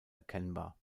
erkennbar